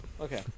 okay